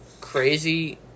crazy